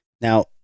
now